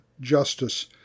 justice